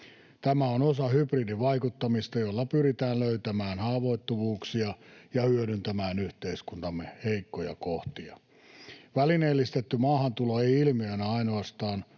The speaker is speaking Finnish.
Tämä on osa hybridivaikuttamista, jolla pyritään löytämään haavoittuvuuksia ja hyödyntämään yhteiskuntamme heikkoja kohtia. Välineellistetty maahantulo ei ilmiönä ainoastaan